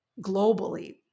globally